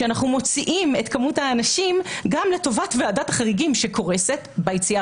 אנחנו מוציאים את מספר האנשים גם לטובת ועדת החריגים שקורסת ביציאה